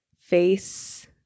face